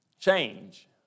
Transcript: Change